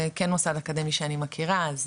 זה כן מוסד אקדמי שאני מכירה,